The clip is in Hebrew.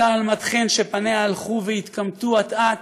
אותה עלמת חן שפניה הלכו והתקמטו אט-אט,